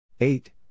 Eight